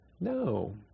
No